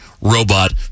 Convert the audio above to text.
robot